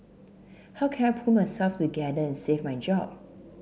how can I pull myself together and save my job